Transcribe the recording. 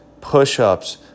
push-ups